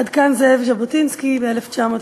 עד כאן זאב ז'בוטינסקי ב-1928.